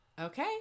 Okay